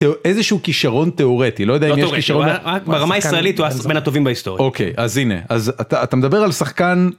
איזה שהוא כישרון תיאורטי לא יודע אם יש כישרון ברמה הישראלית הוא השחקן בין הטובים בהיסטוריה אוקיי אז הנה אז אתה מדבר על שחקן.